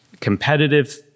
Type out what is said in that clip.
competitive